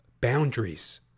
boundaries